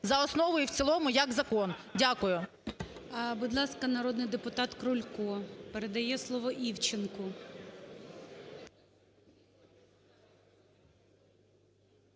за основу і в цілому як закон. Дякую. ГОЛОВУЮЧИЙ. Будь ласка, народний депутат Крулько передає слово Івченку.